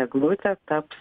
eglutė taps